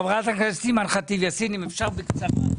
חברת הכנסת אימאן ח'טיב יאסין, אם אפשר בקצרה.